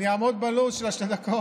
אני אעמוד בלו"ז של שתי הדקות.